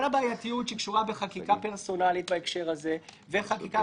כל הבעייתיות שקשורה בחקיקה פרסונלית בהקשר הזה ובחקיקה